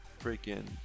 Freaking